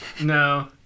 no